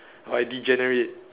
like degenerate